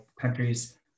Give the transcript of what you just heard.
countries